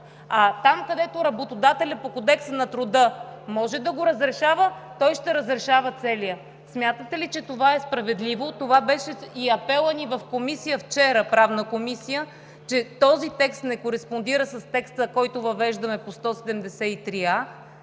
а там, където работодателят по Кодекса на труда може да го разрешава, той ще разрешава целия. Смятате ли, че това е справедливо? Това беше и апелът ни в Правната комисията вчера – че този текст не кореспондира с текста, който въвеждаме по чл.